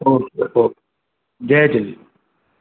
okay okay जय झूलेलाल